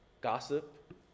gossip